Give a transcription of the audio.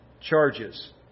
charges